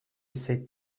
essaye